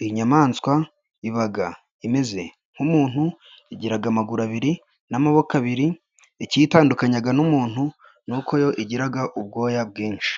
Iyi nyayamaswa iba imeze nk'umuntu igira amaguru abiri n'amaboko abiri. Ikiyitandukanya n'umuntu nuko yo igira ubwoya bwinshi.